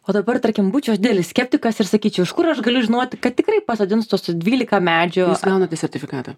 o dabar tarkim būčiau aš didelis skeptikas ir sakyčiau iš kur aš galiu žinoti kad tikrai pasodins tuos dvylika medžių gaunate sertifikatą